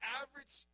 average